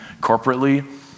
corporately